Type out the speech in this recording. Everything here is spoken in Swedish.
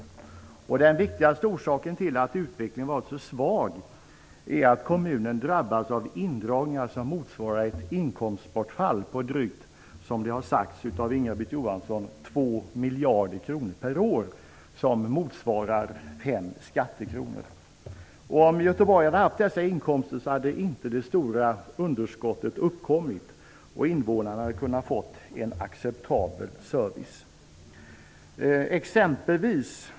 Den viktigaste orsaken till att utvecklingen varit så svag är att kommunen drabbats av indragningar som motsvarar ett inkomstbortfall på drygt 2 miljarder kronor per år, vilket motsvarar 5 skattekronor. Detta har även Inga-Britt Johansson påpekat. Om Göteborg hade haft dessa inkomster så skulle inte det stora underskottet ha uppkommit och invånarna hade kunnat få en acceptabel service.